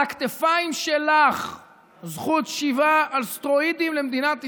על הכתפיים שלך זכות שיבה על סטרואידים למדינת ישראל,